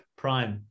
prime